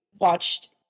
watched